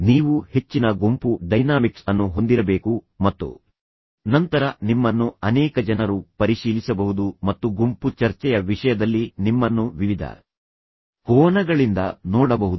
ನೀವು ಹೆಚ್ಚಿನ ಗುಂಪು ಡೈನಾಮಿಕ್ಸ್ ಅನ್ನು ಹೊಂದಿರಬೇಕು ಮತ್ತು ನಂತರ ನಿಮ್ಮನ್ನು ಅನೇಕ ಜನರು ಪರಿಶೀಲಿಸಬಹುದು ಮತ್ತು ಗುಂಪು ಚರ್ಚೆಯ ವಿಷಯದಲ್ಲಿ ನಿಮ್ಮನ್ನು ವಿವಿಧ ಕೋನಗಳಿಂದ ನೋಡಬಹುದು